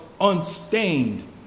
unstained